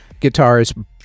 guitarist